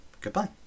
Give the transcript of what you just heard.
goodbye